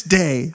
day